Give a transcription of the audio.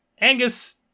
Angus